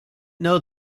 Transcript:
know